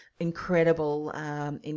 Incredible